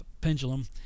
pendulum